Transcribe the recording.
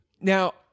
Now